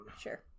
Sure